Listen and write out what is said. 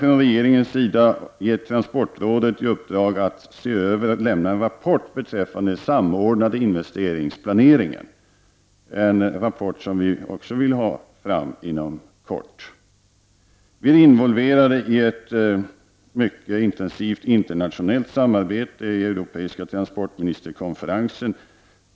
Regeringen har gett transportrådet i uppdrag att se över och lämna en rapport beträffande samordnad investeringsplanering. Även denna rapport vill vi ha fram inom kort. Vi är involverade i ett mycket intensivt internationellt samarbete i euro peiska transportministerkonferensen.